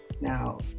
Now